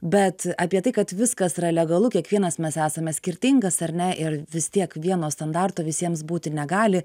bet apie tai kad viskas yra legalu kiekvienas mes esame skirtingas ar ne ir vis tiek vieno standarto visiems būti negali